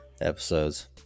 episodes